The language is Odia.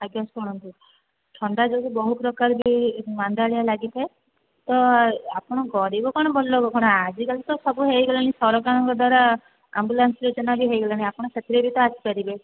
ଆଜ୍ଞା ଶୁଣନ୍ତୁ ଥଣ୍ଡା ଯୋଗୁଁ ବହୁତ ପ୍ରକାର ବି ମାନ୍ଦାଳିଆ ଲାଗିଥାଏ ତ ଆପଣ ଗରିବ କ'ଣ ଧନୀ ଲୋକ କ'ଣ ଆଜି କାଲି ତ ସବୁ ହୋଇଗଲାଣି ସରକାରଙ୍କ ଦ୍ୱାରା ଆମ୍ବୁଲାନ୍ସ ଯୋଜନା ବି ହୋଇଗଲାଣି ଆପଣ ସେଥିରେ ବି ତ ଆସିପାରିବେ